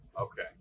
Okay